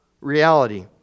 reality